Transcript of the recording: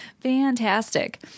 Fantastic